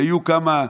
ויהיו כמה,